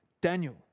Daniel